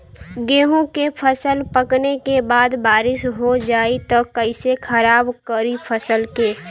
गेहूँ के फसल पकने के बाद बारिश हो जाई त कइसे खराब करी फसल के?